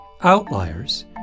Outliers